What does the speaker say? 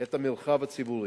את המרחב הציבורי.